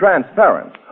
transparent